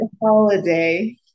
holiday